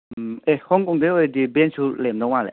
ꯑꯦ ꯍꯣꯡꯀꯣꯡꯗꯩ ꯑꯣꯏꯔꯗꯤ ꯚꯦꯟꯁꯁꯨ ꯂꯩꯔꯝꯗꯧ ꯃꯥꯜꯂꯦ